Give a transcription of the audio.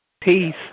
Peace